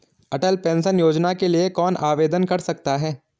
अटल pension योजना के लिए कौन आवेदन कर सकता है?